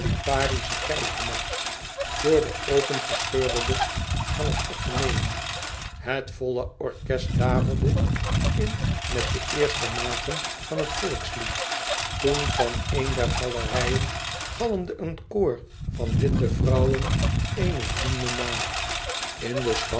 liparische keizersmarsch door de opgescheurde lucht van het atheneum het volle orkest daverde in met de eerste maten van het volkslied toen van een der galerijen galmde een koor van witte vrouwen eene hymne na in de